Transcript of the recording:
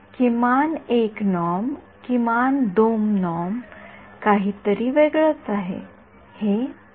किमान १ नॉर्म किमान २ नॉर्म काहीतरी वेगळंच आहे हे माझ्यावर अवलंबून आहे